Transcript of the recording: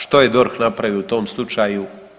Što je DORH napravio u tom slučaju?